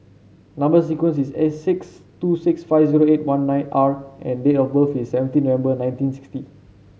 number sequence is S two six five zero eight one nine R and date of birth is seventeen November nineteen sixty